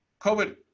COVID